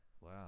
Wow